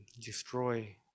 destroy